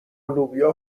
لوبیا